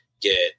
get